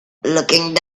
looking